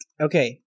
Okay